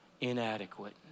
inadequate